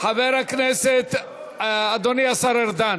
חבר הכנסת, אדוני השר ארדן,